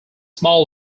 small